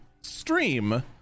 stream